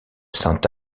sainte